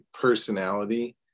personality